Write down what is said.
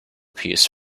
piece